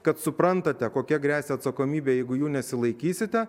kad suprantate kokia gresia atsakomybė jeigu jų nesilaikysite